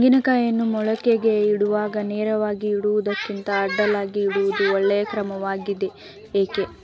ತೆಂಗಿನ ಕಾಯಿಯನ್ನು ಮೊಳಕೆಗೆ ಇಡುವಾಗ ನೇರವಾಗಿ ಇಡುವುದಕ್ಕಿಂತ ಅಡ್ಡಲಾಗಿ ಇಡುವುದು ಒಳ್ಳೆಯ ಕ್ರಮವಾಗಿದೆ ಏಕೆ?